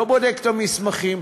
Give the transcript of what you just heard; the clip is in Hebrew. לא בודק את המסמכים,